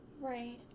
Right